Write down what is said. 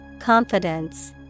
Confidence